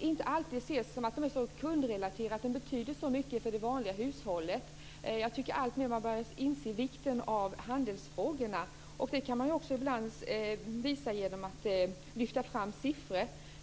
inte alltid anses vara så kundrelaterade, men som betyder så mycket för det vanliga hushållet. Jag tycker att man alltmer börjar inse vikten av handelsfrågorna. Det kan man ibland också visa genom att lyfta fram siffror.